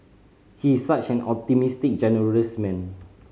he is such an optimistic generous man